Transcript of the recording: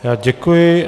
Já děkuji.